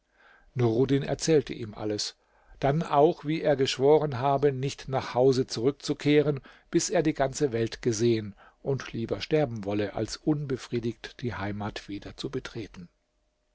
nuruddin erzählte ihm alles dann auch wie er geschworen habe nicht nach hause zurückzukehren bis er die ganze welt gesehen und lieber sterben wolle als unbefriedigt die heimat wieder zu betreten